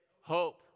hope